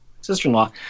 Sister-in-Law